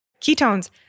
ketones